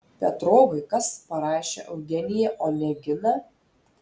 petrovai kas parašė eugeniją oneginą